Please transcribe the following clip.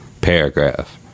paragraph